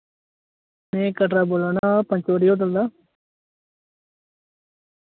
में कटरा बोल्ला ना पंचवटी होटल दा